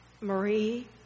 Marie